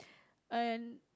and